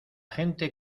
gente